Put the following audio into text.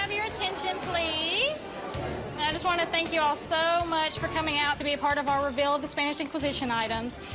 um your attention, please. and i just want to thank you all so much for coming out to be a part of our reveal of the spanish inquisition items.